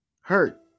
Hurt